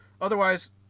otherwise